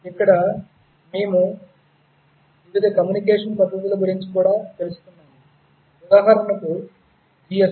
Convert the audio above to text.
ఇక్కడ మేము వివిధ కమ్యూనికేషన్ పద్ధతుల గురించి కూడా తెలుసుకున్నాము ఉదాహరణకు GSM